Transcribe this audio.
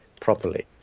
properly